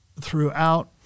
throughout